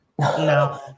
No